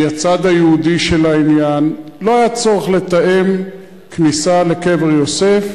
מהצד היהודי של העניין לא היה צורך לתאם כניסה לקבר יוסף,